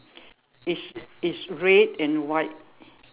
is is red and white